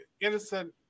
innocent